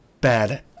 bad